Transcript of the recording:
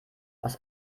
was